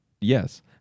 yes